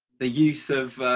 the use of